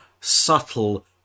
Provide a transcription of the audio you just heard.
subtle